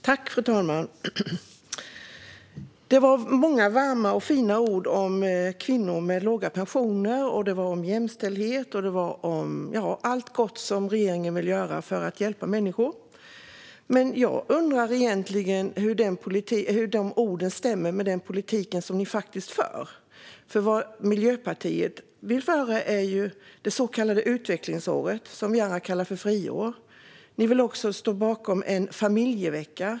Fru talman! Det var många varma och fina ord om kvinnor med låga pensioner och om jämställdhet - ja, om allt gott regeringen vill göra för att hjälpa människor. Men jag undrar hur dessa ord egentligen stämmer överens med den politik ni faktiskt för. Miljöpartiet vill införa det så kallade utvecklingsåret, som vi andra kallar friår. Man står också bakom en familjevecka.